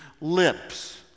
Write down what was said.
lips